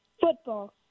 Football